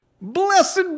Blessed